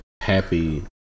Happy